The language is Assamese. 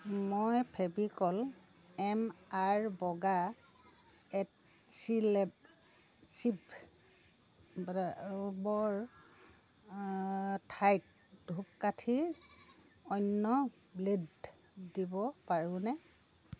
মই ফেভিকল এম আৰ বগা এডচিলেব চিব ব্ৰা বৰ ঠাইত ধূপকাঠীৰ অন্য ব্লেড দিব পাৰোঁনে